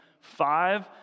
Five